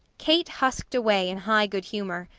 kate husked away in high good humour,